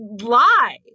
lie